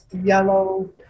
yellow